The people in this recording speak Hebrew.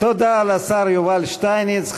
תודה לשר יובל שטייניץ.